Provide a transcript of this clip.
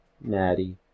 Natty